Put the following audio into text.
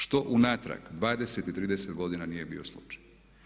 Što unatrag 20, 30 godina nije bio slučaj.